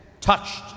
touched